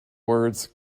words